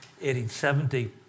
1870